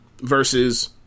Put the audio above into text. versus